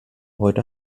heute